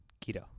keto